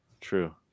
true